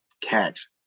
catch